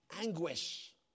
Anguish